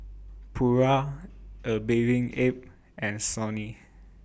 Pura A Bathing Ape and Sony